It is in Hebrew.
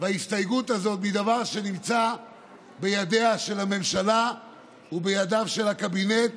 וההסתייגות הזאת מדבר שנמצא בידיה של הממשלה ובידיו של הקבינט